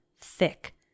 thick